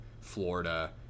Florida